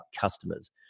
customers